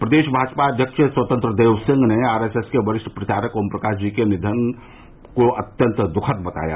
प्रदेश भजपा अध्यक्ष स्वतंत्र देव सिंह ने R S S के वरिष्ठ प्रचारक ओम प्रकाश जी के निधन की खबर को अत्यन्त दुःखद बताया